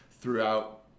throughout